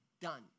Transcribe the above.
done